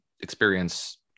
experience